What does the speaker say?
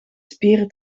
spieren